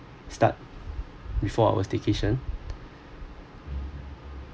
start before our staycation